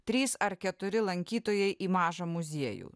trys ar keturi lankytojai į mažą muziejų